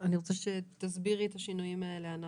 ענת, אני רוצה שתסבירי את השינויים האלה.